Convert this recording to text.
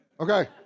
Okay